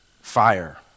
fire